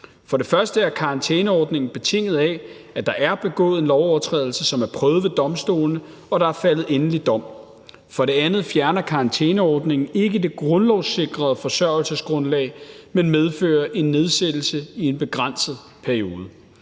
For det første er karantæneordningen betinget af, at der er begået en lovovertrædelse, som er prøvet ved domstolene, og at der er faldet endelig dom. For det andet fjerner karantæneordningen ikke det grundlovssikrede forsørgelsesgrundlag, men medfører en nedsættelse i en begrænset periode.